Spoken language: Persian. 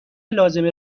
لازمه